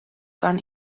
gun